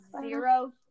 zero